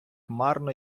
марно